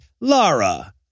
Lara